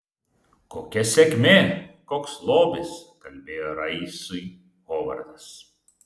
kokia sėkmė koks lobis kalbėjo raisui hovardas